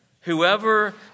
Whoever